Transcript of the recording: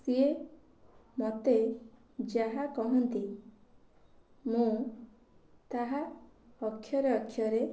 ସିଏ ମତେ ଯାହା କହନ୍ତି ମୁଁ ତାହା ଅକ୍ଷରେ ଅକ୍ଷରେ